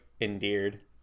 endeared